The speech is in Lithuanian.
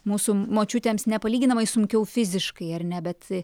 mūsų močiutėms nepalyginamai sunkiau fiziškai ar ne bet